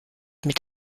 mit